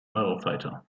eurofighter